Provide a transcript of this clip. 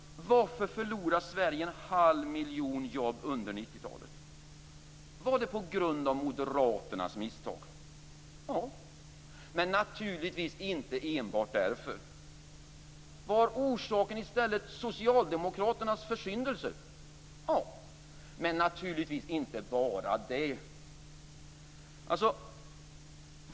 Varför förlorade Sverige en halv miljon jobb under 90-talet? Blev det så på grund av Moderaternas misstag? Ja, men naturligtvis inte enbart därför. Var orsaken i stället Socialdemokraternas försyndelser? Ja, men naturligtvis inte bara det.